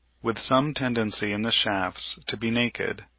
with some tendency in the shafts to be naked.